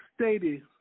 stated